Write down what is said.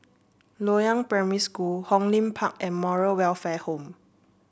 Loyang Primary School Hong Lim Park and Moral Welfare Home